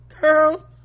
girl